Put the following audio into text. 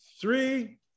three